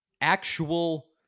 actual